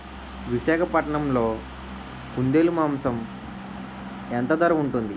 విశాఖపట్నంలో కుందేలు మాంసం ఎంత ధర ఉంటుంది?